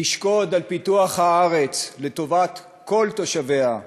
תשקוד על פיתוח הארץ לטובת כל תושביה,